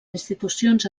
institucions